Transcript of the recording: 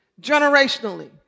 generationally